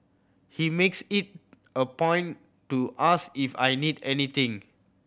he makes it a point to ask if I need anything